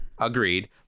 agreed